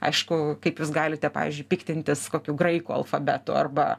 aišku kaip jūs galite pavyzdžiui piktintis kokiu graikų alfabetu arba